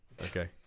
Okay